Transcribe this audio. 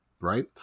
Right